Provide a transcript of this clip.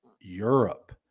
europe